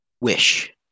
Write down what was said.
wish